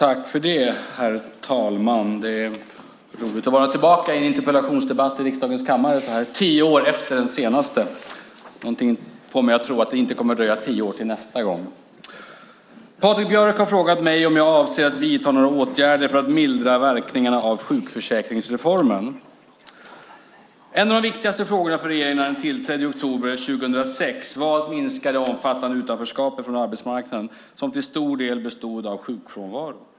Herr talman! Det är roligt att vara tillbaka i en interpellationsdebatt i riksdagens kammare så här tio år efter den senaste. Något får mig att tro att det inte kommer att dröja tio år till nästa gång. Patrik Björck har frågat mig om jag avser att vidta några åtgärder för att mildra verkningarna av sjukförsäkringsreformen. En av de viktigaste frågorna för regeringen när den tillträdde i oktober 2006 var att minska det omfattande utanförskapet från arbetsmarknaden som till stor del bestod av sjukfrånvaro.